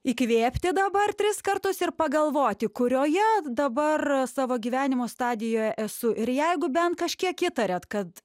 įkvėpti dabar tris kartus ir pagalvoti kurioje dabar savo gyvenimo stadijoje esu ir jeigu bent kažkiek įtariat kad